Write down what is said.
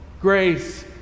grace